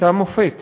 הייתה מופת